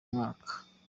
mwaka